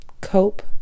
Cope